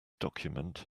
document